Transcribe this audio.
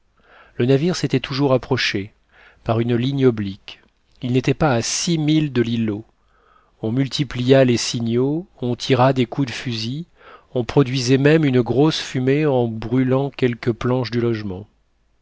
le navire s'était toujours approché par une ligne oblique il n'était pas à six milles de l'îlot on multiplia les signaux on tira des coups de fusil on produisit même une grosse fumée en brûlant quelques planches du logement